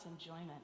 enjoyment